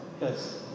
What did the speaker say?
Yes